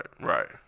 right